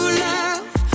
love